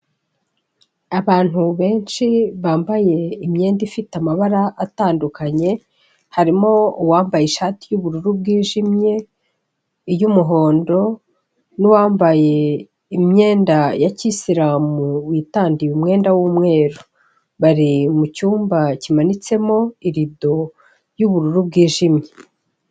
Abantu benshi bambaye imyenda ifite amabara atandukanye, harimo uwambaye ishati y'ubururu bwijimye, iy'umuhondo, n'uwambaye imyenda ya kiyisiramu witandiye umwenda w'umweru, bari mu cyumba kimanitsemo irido y'ubururu bwijimye.